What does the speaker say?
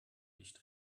nicht